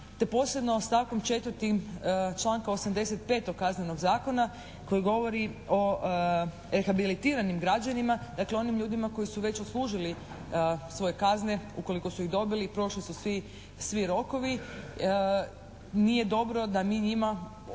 te posebno stavkom 4. članka 85. Kaznenog zakona koji govori o rehabilitiranim građanima, dakle onim ljudima koji su već odslužili svoje kazne ukoliko su ih dobili i proši su svi rokovi. Nije dobro da mi njima i ovim